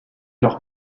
leur